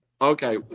Okay